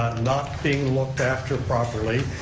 not being looked after properly,